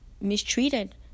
mistreated